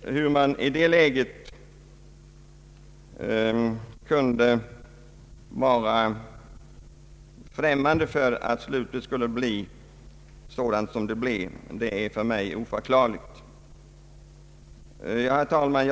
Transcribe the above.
Hur man i det läget kunde vara främmande för att slutet skulle bli sådant som det blev, det är för mig oförklarligt. Herr talman!